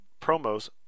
promos